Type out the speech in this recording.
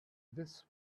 this